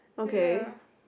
ya